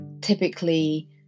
typically